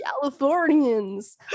Californians